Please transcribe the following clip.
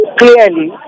clearly